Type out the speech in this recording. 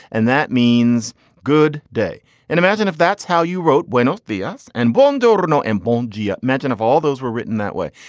and that means good day and imagine if that's how you wrote when the us and bundoora know and bown jia mentioned of all those were written that way.